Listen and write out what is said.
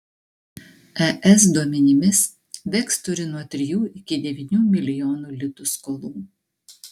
es duomenimis veks turi nuo trijų iki devynių milijonų litų skolų